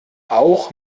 auch